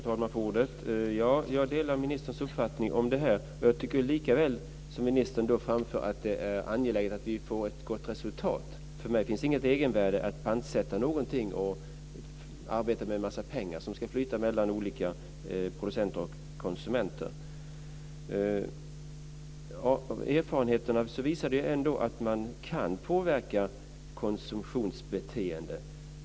Fru talman! Jag delar ministerns uppfattning om detta. Ministern framför att det är angeläget att vi får ett gott resultat. För mig finns inget egenvärde i att pantsätta någonting och arbeta med en massa pengar som ska flyta mellan olika producenter och konsumenter. Erfarenheterna visar ändå att man kan påverka konsumtionsbeteende.